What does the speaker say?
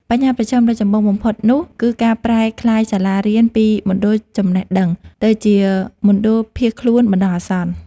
បញ្ហាប្រឈមដ៏ចម្បងបំផុតនោះគឺការប្រែក្លាយសាលារៀនពីមណ្ឌលចំណេះដឹង ទៅជាមណ្ឌលភៀសខ្លួនបណ្តោះអាសន្ន។